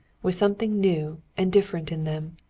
with something new and different in them.